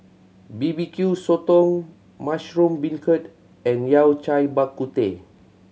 B B Q Sotong mushroom beancurd and Yao Cai Bak Kut Teh